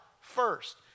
first